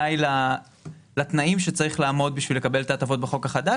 היא לתנאים שצריך לעמוד בהם כדי לקבל את ההטבות בחוק החדש,